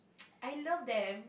I love them